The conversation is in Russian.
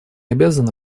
обязаны